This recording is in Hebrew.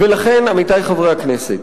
ולכן, עמיתי חברי הכנסת,